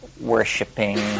worshipping